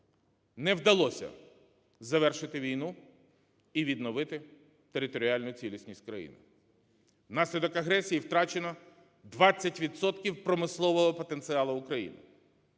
Не вдалося завершити війну і відновити територіальну цілісність України. Внаслідок агресії втрачено 20 відсотків промислового потенціалу України.